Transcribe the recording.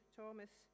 thomas